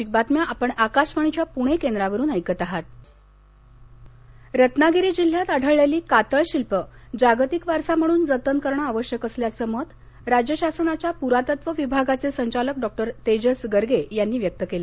कातळशिल्प रत्नागिरी रत्नागिरी जिल्ह्यात आढळलेली कातळशिल्पं जागतिक वारसा म्हणून जतन करणं आवश्यक असल्याचं मत राज्य शासनाच्या पुरातत्त्व विभागाचे संचालक डॉक्टर तेजस गर्गे यांनी व्यक्त केलं